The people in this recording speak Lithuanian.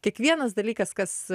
kiekvienas dalykas kas